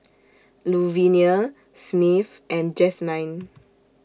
Luvenia Smith and Jazmyne